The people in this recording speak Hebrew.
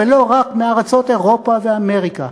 ולא רק מארצות אירופה ואמריקה.